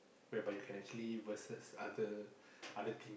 whereby you can actually versus other other team